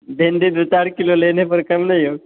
भिंडी दो चार किलो लेने पर कम नहीं होगा